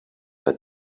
her